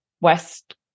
west